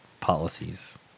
policies